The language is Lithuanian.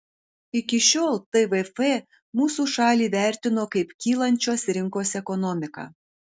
iki šiol tvf mūsų šalį vertino kaip kylančios rinkos ekonomiką